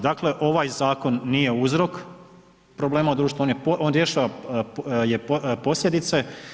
Dakle, ovaj zakon nije uzrok problema u društvu, on rješava posljedice.